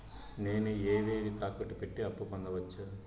నేను ఏవేవి తాకట్టు పెట్టి అప్పు పొందవచ్చు?